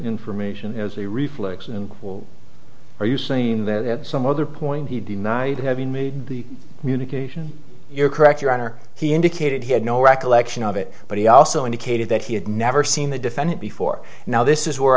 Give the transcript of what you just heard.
information as a reflex and are you saying that some other point he denied having made the communication you're correct your honor he indicated he had no recollection of it but he also indicated that he had never seen the defendant before now this is where